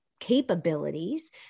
capabilities